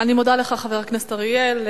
אני מודה לך, חבר הכנסת אריאל.